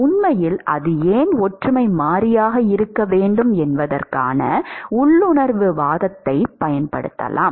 உண்மையில் அது ஏன் ஒற்றுமை மாறியாக இருக்க வேண்டும் என்பதற்கான உள்ளுணர்வு வாதத்தைப் பயன்படுத்தலாம்